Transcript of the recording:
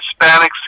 Hispanics